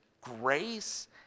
grace